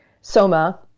soma